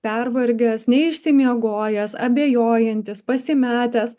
pervargęs neišsimiegojęs abejojantis pasimetęs